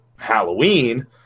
halloween